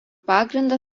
pagrindą